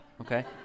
okay